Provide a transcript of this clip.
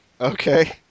Okay